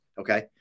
Okay